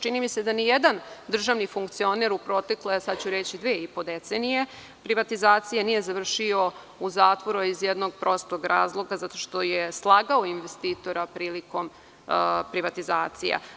Čini mi se da nijedan državni funkcioner u protekle dve i po decenije privatizacije nije završio u zatvoru, a iz jednog prostog razloga – zato što je slagao investitora prilikom privatizacija.